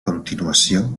continuació